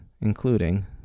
including